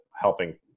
helping